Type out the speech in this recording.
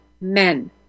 men